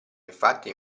infatti